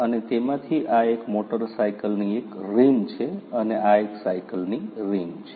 અને તેમાંથી આ એક મોટર સાયકલની એક રીમ છે અને આ એક સાયકલની રીમ છે